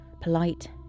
polite